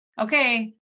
okay